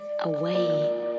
away